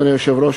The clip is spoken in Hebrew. אדוני היושב-ראש,